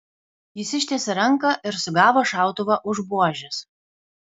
jis ištiesė ranką ir sugavo šautuvą už buožės